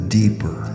deeper